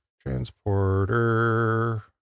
transporter